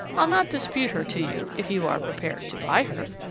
i'll not dispute her to you if you are prepared to buy her.